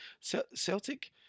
Celtic